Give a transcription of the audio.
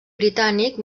britànic